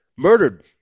Murdered